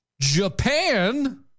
Japan